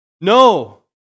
No